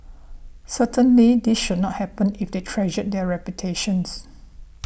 certainly that should not happen if they treasure their reputation